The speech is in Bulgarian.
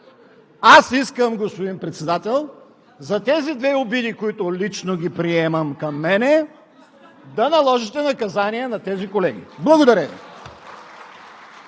разряд. Господин Председател, за тези две обиди, които лично ги приемам към мен, аз искам, да наложите наказания на тези колеги. Благодаря